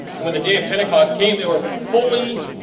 and when the day of pentecost came they were fully